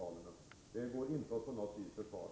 Detta går inte att på något vis försvara.